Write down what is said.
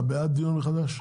אתה בעד דיון מחדש?